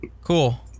cool